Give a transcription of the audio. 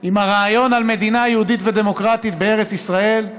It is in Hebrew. עם הרעיון על מדינה יהודית ודמוקרטית בארץ ישראל,